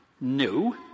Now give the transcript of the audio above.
No